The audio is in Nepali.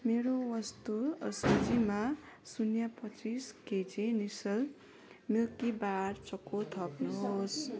मेरो वस्तु सूचीमा शून्य पच्चिस केजी नेस्सल मिल्किबार चको थप्नुहोस्